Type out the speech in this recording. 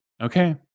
Okay